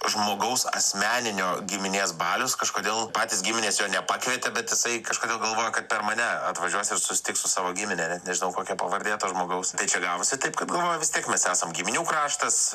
žmogaus asmeninio giminės balius kažkodėl patys giminės jo nepakvietė bet jisai kažkodėl galvoja kad per mane atvažiuos ir susitiks su savo gimine net nežinau kokia pavardė to žmogaus tai čia gavosi taip kad galvoju vis tiek mes esam giminių kraštas